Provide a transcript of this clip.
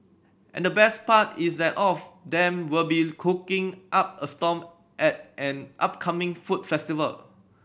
and the best part is that of them will be cooking up a storm at an upcoming food festival